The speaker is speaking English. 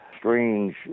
Strange